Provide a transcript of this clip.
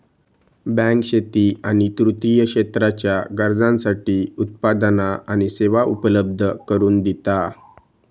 bank शेती आणि तृतीय क्षेत्राच्या गरजांसाठी उत्पादना आणि सेवा उपलब्ध करून दिता